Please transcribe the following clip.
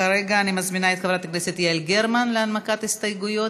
כרגע אני מזמינה את חברת הכנסת יעל גרמן להנמקת הסתייגויות.